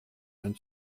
ein